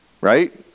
Right